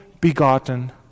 begotten